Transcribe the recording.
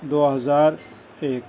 دو ہزار ایک